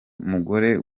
mugore